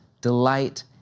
delight